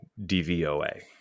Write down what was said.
DVOA